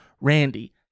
randy